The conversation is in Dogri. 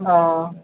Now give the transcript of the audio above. हां